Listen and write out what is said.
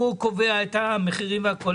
הוא קובע את המחירים והכול.